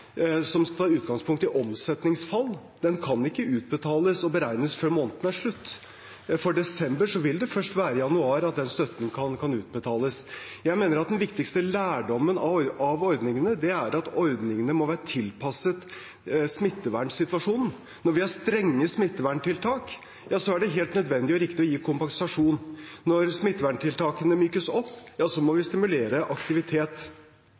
som tar utgangspunkt i omsetningsfall, ikke kan utbetales og beregnes før måneden er slutt. For desember vil det først være i januar at den støtten kan utbetales. Jeg mener at den viktigste lærdommen av ordningene er at ordningene må være tilpasset smittevernsituasjonen. Når vi har strenge smitteverntiltak, er det helt nødvendig og riktig å gi kompensasjon. Når smitteverntiltakene mykes opp, må vi stimulere til aktivitet.